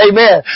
Amen